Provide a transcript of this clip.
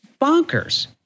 bonkers